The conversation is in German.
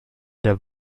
der